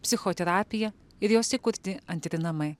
psichoterapija ir jos įkurti antri namai